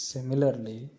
Similarly